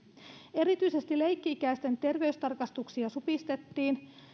erityisesti leikki ikäisten terveystarkastuksia supistettiin